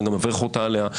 ואני גם אברך אותך עליה.